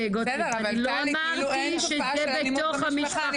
חברת הכנסת גוטליב, אני לא אמרתי שזה בתוך המשפחה.